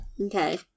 Okay